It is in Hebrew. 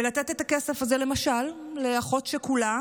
לתת את הכסף הזה למשל לאחות שכולה